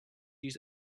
use